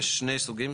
יש שני סוגים,